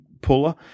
puller